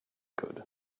could